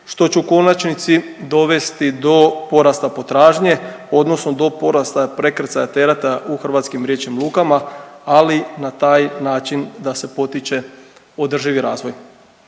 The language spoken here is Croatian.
što će u konačnici dovesti do porasta potražnje odnosno do porasta prekrcaja tereta u hrvatskim riječkim lukama, ali na taj način da se potiče održivi razvoj.